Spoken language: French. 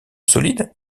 solide